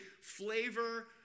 flavor